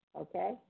okay